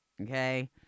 Okay